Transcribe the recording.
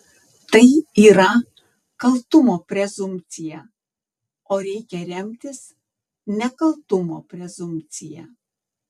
tai yra kaltumo prezumpcija o reikia remtis nekaltumo prezumpcija